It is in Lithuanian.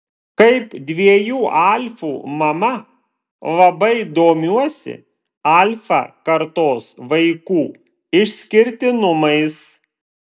kaip dviejų alfų mama labai domiuosi alfa kartos vaikų išskirtinumais